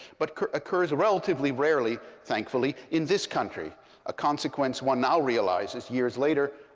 but occurs relatively rarely, thankfully, in this country a consequence one now realizes, years later,